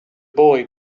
boy